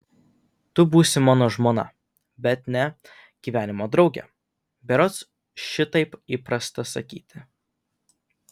tu būsi mano žmona bet ne gyvenimo draugė berods šitaip įprasta sakyti